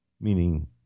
meaning